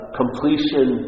completion